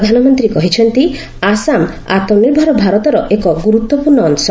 ପ୍ରଧାନମନ୍ତ୍ରୀ କହିଛନ୍ତି ଆସାମ ଆତ୍ମନିର୍ଭର ଏକ ଗୁରୁତ୍ୱପୂର୍ଣ୍ଣ ଅଂଶ